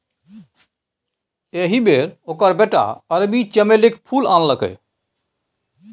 एहि बेर ओकर बेटा अरबी चमेलीक फूल आनलकै